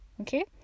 Okay